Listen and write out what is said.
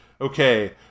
Okay